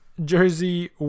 Jersey